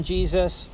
Jesus